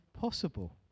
possible